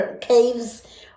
Caves